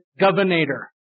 governator